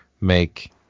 make